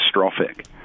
catastrophic